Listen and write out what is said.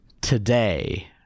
today